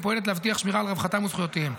היא פועלת להבטיח שמירה על רווחתם וזכויותיהם.